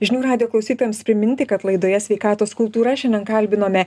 žinių radijo klausytojams priminti kad laidoje sveikatos kultūra šiandien kalbinome